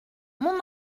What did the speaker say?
mon